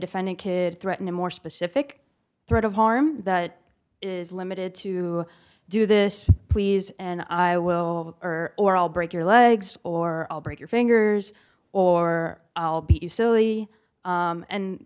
defendant kid threaten a more specific threat of harm that is limited to do this please and i will or or i'll break your legs or i'll break your fingers or i'll beat you silly